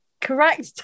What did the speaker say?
Correct